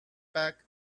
back